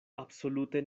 absolute